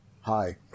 hi